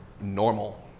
normal